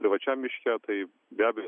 privačiam miške tai be abejo